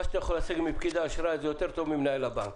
מה שאתה יכול להשיג מפקיד האשראי יותר טוב ממנהל הבנק.